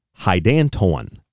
hydantoin